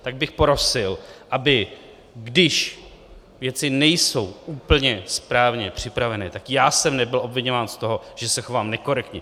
Tak bych prosil, když věci nejsou úplně správně připraveny, já jsem nebyl obviňován z toho, že se chovám nekorektně.